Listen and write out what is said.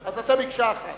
אז אתם מקשה אחת.